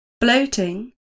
bloating